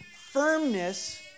firmness